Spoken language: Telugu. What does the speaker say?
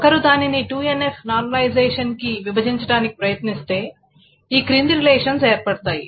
ఒకరు దానిని 2NF నార్మలైజషన్ కి విభజించడానికి ప్రయత్నిస్తే ఈ క్రింది రిలేషన్స్ ఏర్పడతాయి